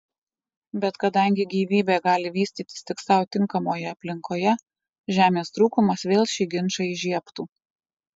bet kadangi gyvybė gali vystytis tik sau tinkamoje aplinkoje žemės trūkumas vėl šį ginčą įžiebtų